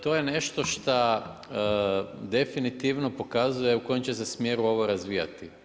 To je nešto šta definitivno pokazuje u kojem će se smjeru ovo razvijati.